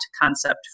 concept